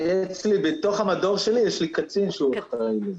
בתוך המדור שלי יש קצין שאחראי לזה.